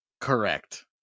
Correct